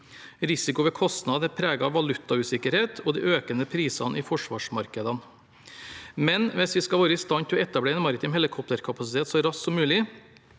Risikoen ved kostnad er preget av valutausikkerhet og de økende prisene i forsvarsmarkedene. Men hvis vi skal være i stand til å etablere en maritim helikopterkapasitet så raskt som mulig,